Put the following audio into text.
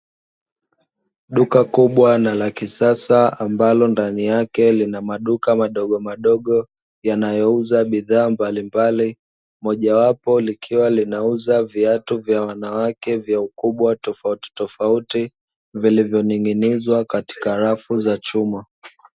Duka kubwa na la kisasa ambalo ndani yake lina maduka madogo madogo yanayouza bidhaa mbalimbali, mojawapo likiwa linauza viatu vya wanawake vya ukubwa tofautitofauti, vilivyonin'ginizwa katika rafu za chuma.